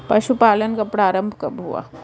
पशुपालन का प्रारंभ कब हुआ?